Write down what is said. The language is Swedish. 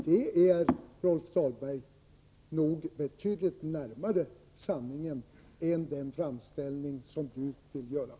Detta är, Rolf Dahlberg, nog betydligt närmare sanningen än den framställning som Rolf Dahlberg gjorde.